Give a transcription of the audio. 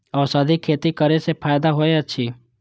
औषधि खेती करे स फायदा होय अछि?